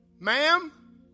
Ma'am